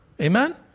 Amen